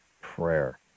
prayer